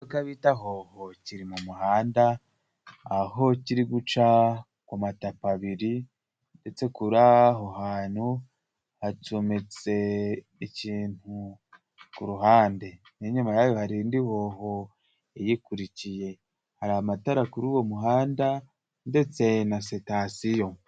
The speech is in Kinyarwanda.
Ikimodoka bita hoho kiri mu muhanda, aho kiri guca ku matapi abiri ndetse kuri aho hantu hacometse ikintu ku ruhande. N'inyuma yayo hari indi hoho iyikurikiye. Hari amatara kuri uwo muhanda ndetse na sitasiyo.